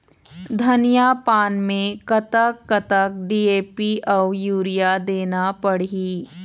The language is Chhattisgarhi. धनिया पान मे कतक कतक डी.ए.पी अऊ यूरिया देना पड़ही?